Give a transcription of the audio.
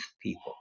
people